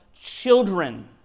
children